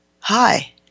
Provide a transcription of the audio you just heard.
Hi